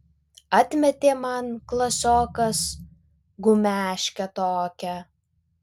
atmetė man klasiokas gumeškę tokią